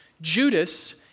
Judas